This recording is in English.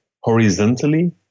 horizontally